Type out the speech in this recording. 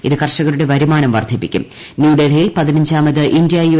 ഇത് കർഷകരുടെ വരുമാനം വർദ്ധിപ്പിക്കും സ്റ്റ്യൂഡൽഹിയിൽ പതിനഞ്ചാമത് ഇന്ത്യ യു